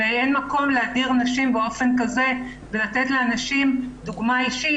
אין מקום להדיר נשים באופן כזה ולתת לאנשים דוגמה אישית